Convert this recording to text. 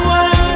one